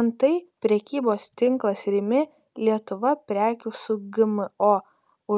antai prekybos tinklas rimi lietuva prekių su gmo